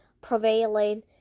prevailing